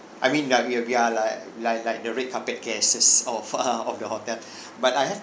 I mean like we're we are like like like the red carpet guests of uh of your hotel but I have